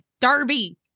Darby